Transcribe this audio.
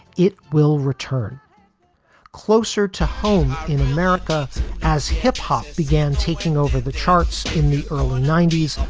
it will return closer to home in america as hip hop began taking over the charts in the early ninety s,